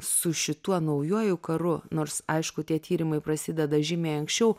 su šituo naujuoju karu nors aišku tie tyrimai prasideda žymiai anksčiau